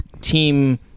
team